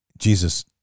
Jesus